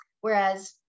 whereas